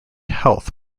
health